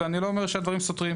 ואני לא אומר שהדברים סותרים,